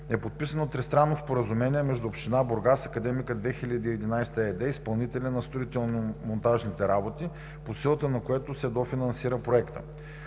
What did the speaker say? е подписано тристранно споразумение между община Бургас, „Академика 2011“ ЕАД – изпълнителят на строително-монтажните работи, по силата на което се дофинансира проектът.